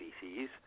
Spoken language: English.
species